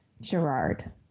Gerard